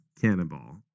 cannonball